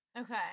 Okay